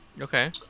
Okay